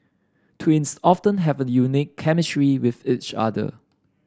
twins often have a unique chemistry with each other